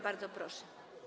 Bardzo proszę.